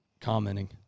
commenting